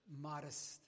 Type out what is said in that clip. modest